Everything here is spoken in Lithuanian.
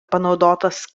panaudotas